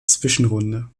zwischenrunde